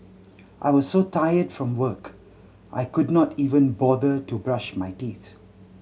I was so tired from work I could not even bother to brush my teeth